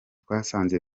twasanze